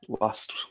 last